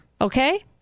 Okay